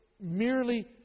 merely